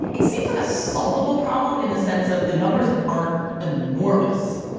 it seems like a solvable problem in the sense of the numbers aren't enormous.